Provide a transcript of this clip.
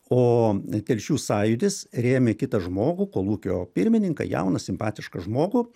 o telšių sąjūdis rėmė kitą žmogų kolūkio pirmininką jauną simpatišką žmogų